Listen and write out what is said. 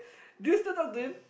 do you still talk to him